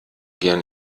gern